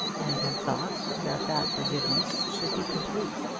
and had thought that that forgiveness should be complete.